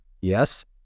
Yes